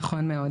נכון מאוד.